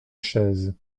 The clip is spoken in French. chaise